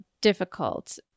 difficult